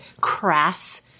crass